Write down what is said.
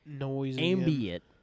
Ambient